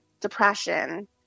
depression